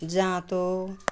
जाँतो